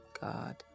God